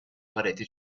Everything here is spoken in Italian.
pareti